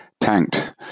tanked